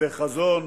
ובחזון